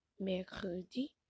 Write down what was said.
mercredi